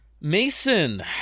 Mason